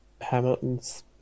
Hamilton's